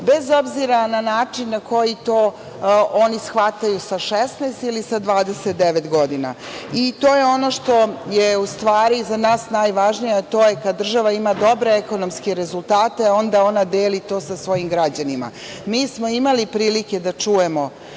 bez obzira na način na koji to oni shvataju sa 16 ili sa 29 godina. To je ono što je u stvari za nas najvažnije, a to je da kad država ima dobre ekonomske rezultate onda ona deli to sa svojim građanima. Mi smo imali prilike da čujemo